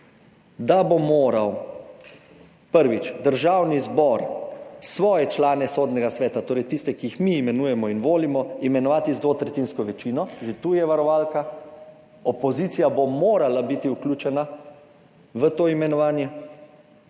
da bo moral, prvič, Državni zbor svoje člane Sodnega sveta, torej tiste, ki jih mi imenujemo in volimo, imenovati z dvotretjinsko večino, že tu je varovalka. Opozicija bo morala biti vključena v to imenovanje.